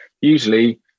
usually